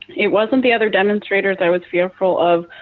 it wasn't the under demonstrators i was fearful of,